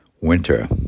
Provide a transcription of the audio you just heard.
winter